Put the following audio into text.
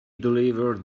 deliver